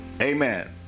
Amen